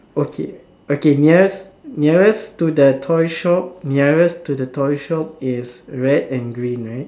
okay okay nearest nearest to the toy shop nearest to the toy shop is red and green right